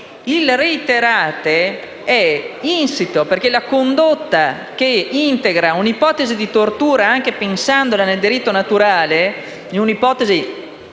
Il "reiterato" è insito, perché la condotta che integra un'ipotesi di tortura, anche pensandolo nel diritto naturale, in un'ipotesi